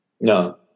No